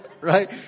right